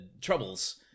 troubles